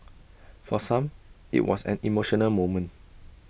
for some IT was an emotional moment